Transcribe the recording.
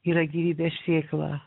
yra gyvybės sėkla